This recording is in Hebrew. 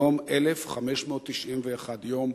היום 1,591 יום